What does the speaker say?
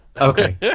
Okay